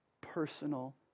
personal